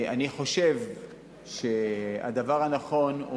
אני חושב שהדבר הנכון,